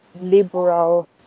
liberal